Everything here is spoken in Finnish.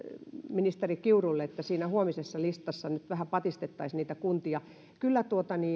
ministeri kiurulle että siinä huomisessa listassa nyt vähän patistettaisiin kuntia kyllä